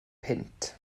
punt